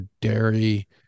dairy